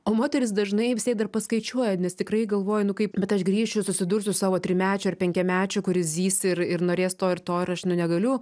o moterys dažnai sėda ir paskaičiuoja nes tikrai galvoji kaip bet aš grįšiu susidursiu su savo trimečio ar penkiamečio kuris zys ir ir norės to ir to ir aš nu negaliu